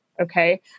Okay